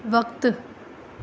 वक़्तु